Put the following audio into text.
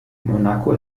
monaco